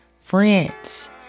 friends